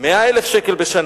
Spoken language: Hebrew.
100,000 שקל בשנה.